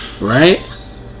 right